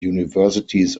universities